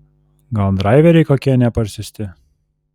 gal draiveriai kokie neparsiųsti